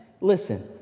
Listen